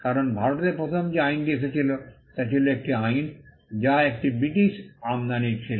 কারণ ভারতে প্রথম যে আইনটি এসেছিল তা ছিল এমন একটি আইন যা একটি ব্রিটিশ আমদানির ছিল